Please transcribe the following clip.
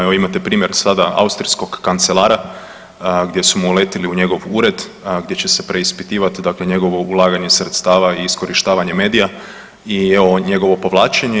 Evo imate primjer sada austrijskog kancelara gdje su mu uletili u njegov ured gdje će se preispitivat njegovo ulaganje sredstava i iskorištavanje medija i evo njegovo povlačenje.